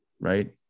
Right